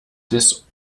des